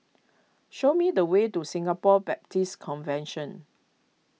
show me the way to Singapore Baptist Convention